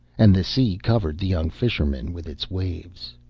and the sea covered the young fisherman with its waves.